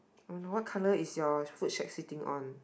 oh no what colour is your food shed sitting on